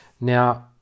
now